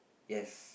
yes